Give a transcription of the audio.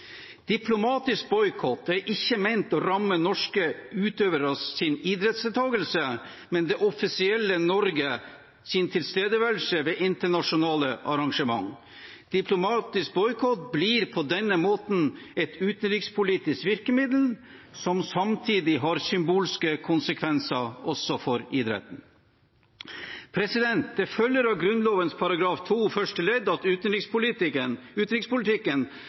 Diplomatisk boikott er ikke ment å ramme norske utøveres idrettsdeltakelse, men det offisielle Norges tilstedeværelse ved internasjonale arrangement. Diplomatisk boikott blir på denne måten et utenrikspolitisk virkemiddel som samtidig har symbolske konsekvenser også for idretten. Det følger av Grunnloven § 26 første ledd at utenrikspolitikken,